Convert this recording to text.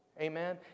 amen